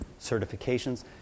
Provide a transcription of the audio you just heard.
certifications